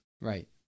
right